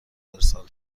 ارسال